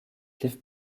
cliff